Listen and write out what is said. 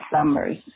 summers